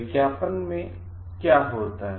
विज्ञापन में क्या होता है